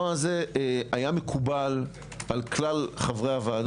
זה היה מקובל על כלל חברי הוועדה.